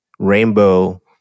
Rainbow